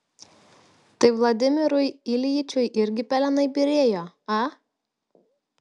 tai vladimirui iljičiui irgi pelenai byrėjo a